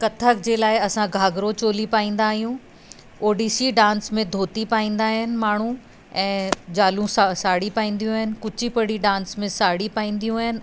कथक जे लाइ असां घाघरो चोली पाईंदा आहियूं ओड़ीसी डांस में धोती पाईंदा आहिनि माण्हू ऐं जालूं स साड़ी पाईंदियूं आहिनि कुचीपुड़ी डांस में साड़ी पाईंदियूं आहिनि